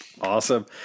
Awesome